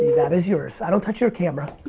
that is yours. i don't touch your camera.